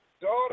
Daughter